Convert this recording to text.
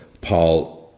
Paul